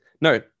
No